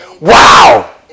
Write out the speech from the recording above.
Wow